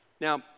Now